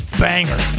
banger